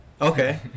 Okay